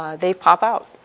ah they pop out.